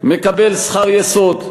מקבל שכר יסוד,